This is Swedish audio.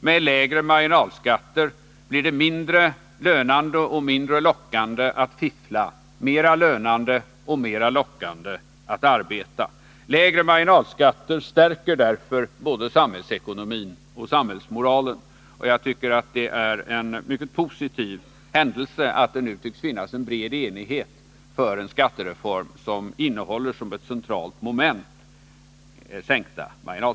Med lägre marginalskatter blir det mindre lönande och mindre lockande att fiffla, mera lönande och mera lockande att arbeta. Lägre marginalskatter stärker därför både samhällsekonomin och samhällsmoralen. Jag tycker att det är mycket positivt att det nu tycks finnas en bred enighet för en skattereform som innehåller sänkta marginalskatter som ett centralt moment.